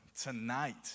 tonight